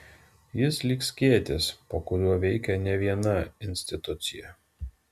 jis lyg skėtis po kuriuo veikia ne viena institucija